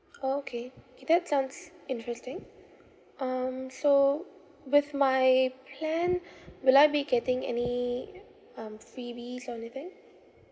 orh okay K that sounds interesting um so with my plan will I be getting any um freebies or anything